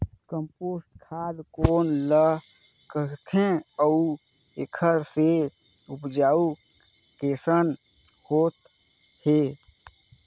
Compost खाद कौन ल कहिथे अउ एखर से उपजाऊ कैसन होत हे?